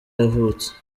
yavutse